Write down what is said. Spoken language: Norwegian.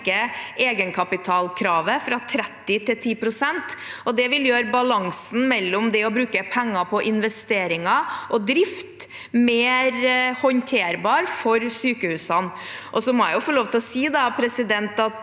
egenkapitalkravet fra 30 pst. til 10 pst. Det vil gjøre balansen mellom det å bruke penger på investeringer og drift mer håndterbar for sykehusene. Jeg må også få lov til å si at